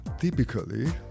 Typically